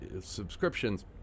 subscriptions